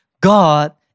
God